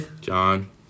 John